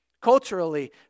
Culturally